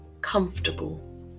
comfortable